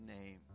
name